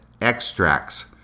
extracts